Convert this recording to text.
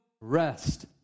rest